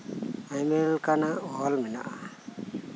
ᱟᱭᱢᱟ ᱞᱮᱠᱟᱱᱟᱜ ᱚᱞ ᱢᱮᱱᱟᱜᱼᱟ